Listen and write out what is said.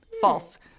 False